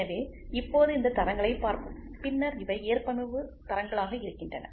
எனவே இப்போது இந்த தரங்களைப் பார்ப்போம் பின்னர் இவை ஏற்பமைவு தரங்களாக இருக்கின்றன